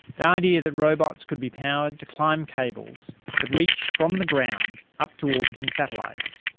the idea that robots could be powered to climb cables that reach from the ground up to orbiting satellites.